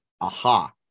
Aha